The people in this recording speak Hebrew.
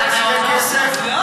כסף?